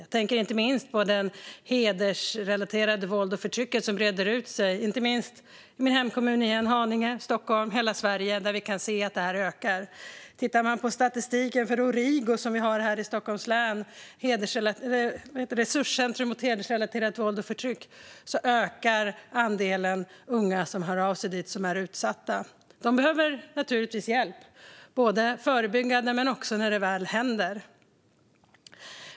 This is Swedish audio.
Jag tänker inte minst på det hedersrelaterade våld och förtryck som breder ut sig. Vi kan se att detta ökar i min hemkommun Haninge, i Stockholm och i hela Sverige. Tittar man på statistiken för Origo, ett resurscentrum mot hedersrelaterat förtryck och våld som vi har här i Stockholms län, ser man att antalet utsatta unga som hör av sig dit ökar. De behöver naturligtvis hjälp, både förebyggande och när det väl händer.